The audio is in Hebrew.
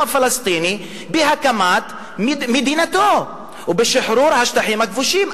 הפלסטיני להקמת מדינתו ולשחרור השטחים הכבושים.